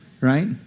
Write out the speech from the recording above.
Right